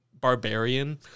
*Barbarian*